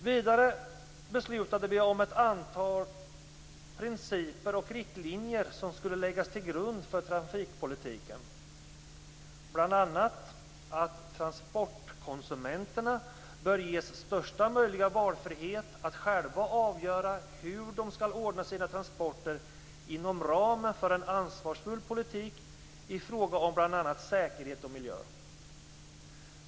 Vidare beslutade vi om ett antal principer och riktlinjer som skulle läggas till grund för trafikpolitiken, bl.a. följande: - Transportkonsumenterna bör ges största möjliga valfrihet att själva avgöra hur de skall ordna sina transporter inom ramen för en ansvarsfull politik i fråga om bl.a. säkerhet och miljö.